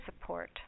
support